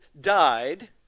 died